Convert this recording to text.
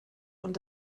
und